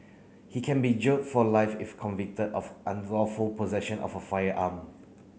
he can be jailed for life if convicted of unlawful possession of a firearm